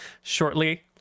shortly